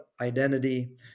identity